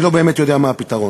אני לא באמת יודע מה הפתרון,